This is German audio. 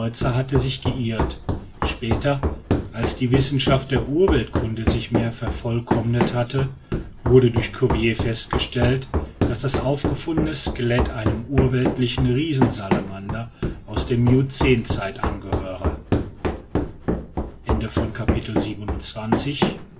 hatte sich geirrt später als die wissenschaft der urweltkunde sich mehr vervollkommnet hatte wurde duch cuvier festgestellt daß das aufgefundene skelett einem urweltlichen riesensalamander aus der miocänzeit angehöre